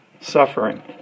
suffering